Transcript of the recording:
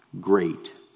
great